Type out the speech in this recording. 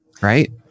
right